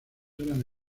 eran